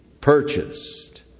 purchased